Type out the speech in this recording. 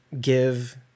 give